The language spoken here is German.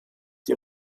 die